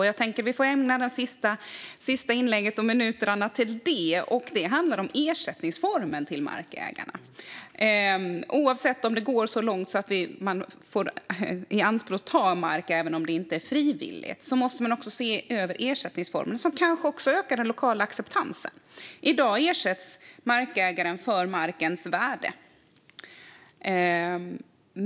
Min tanke är att vi får ägna de sista debattminuterna åt den frågan, som handlar om ersättningsformen till markägarna. Oavsett om det går så långt att mark ianspråktas, vilket inte behöver vara frivilligt för markägaren, måste man se över ersättningsformen. Det kanske ökar den lokala acceptansen. I dag ersätts markägaren för markens värde.